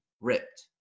ripped